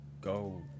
go